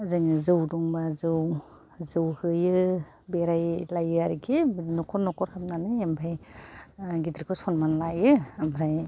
जोङो जौ दंबा जौ जौ होयो बेरायलायो आरोखि नखर नखर हाबनानै ओमफ्राय गिदिरखौ सन्मान लायो ओमफ्राय